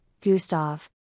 Gustav